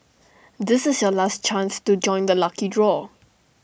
this is your last chance to join the lucky draw